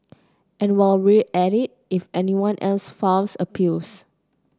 and while we're at it if anyone else files appeals